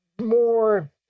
more